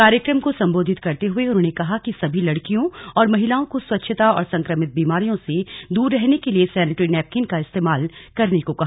कार्यक्रम को संबोधित करते हुए उन्होंने कहा कि सभी लड़कियों और महिलाओं को स्वच्छता और संक्रमित बीमारियों से दूर रहने के लिए सैनेट्री नैपकिन का इस्तेमाल करने को कहा